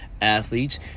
athletes